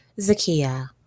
Zakia